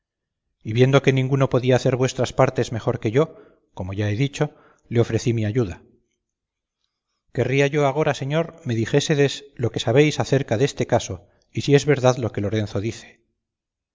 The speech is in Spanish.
viendo que ninguno podía hacer vuestras partes mejor que yo como ya he dicho le ofrecí mi ayuda querría yo agora señor me dijésedes lo que sabéis acerca deste caso y si es verdad lo que lorenzo dice